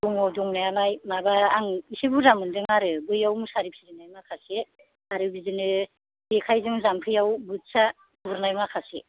दङ' दंनायालाय माबा आं एसे बुरजा मोनदों आरो बैयाव मुसारि फिरिनाय माखासे आरो बिदिनो जेखाइजों जाम्फैयाव बोथिया गुरनाय माखासे